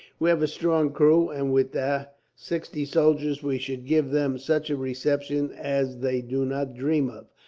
we have a strong crew, and with the sixty soldiers we should give them such a reception as they do not dream of.